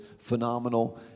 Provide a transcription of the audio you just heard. phenomenal